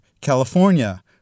California